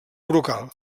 brocal